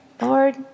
Lord